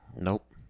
Nope